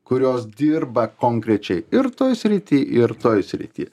kurios dirba konkrečiai ir toj srity ir toj srity